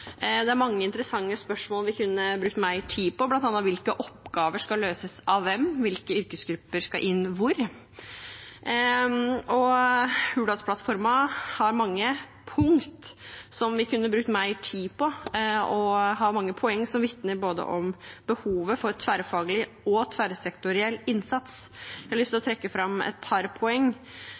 Det er mange interessante spørsmål vi kunne brukt mer tid på, bl.a. hvilke oppgaver som skal løses av hvem, og hvilke yrkesgrupper som skal inn hvor. Hurdalsplattformen har mange punkter som vi kunne brukt mer tid på, og har mange poenger som vitner om behovet for både tverrfaglig og tverrsektoriell innsats. Jeg lyst til å trekke fram et par